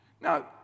Now